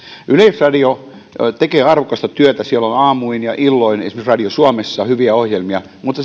yleisradio tekee arvokasta työtä siellä on aamuin ja illoin esimerkiksi radio suomessa hyviä ohjelmia mutta